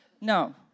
No